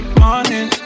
morning